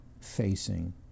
facing